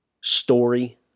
story